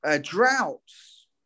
droughts